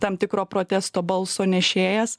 tam tikro protesto balso nešėjas